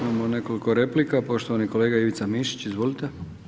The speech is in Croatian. Imamo nekoliko replika, poštovani kolega Ivica Mišić, izvolite.